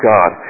God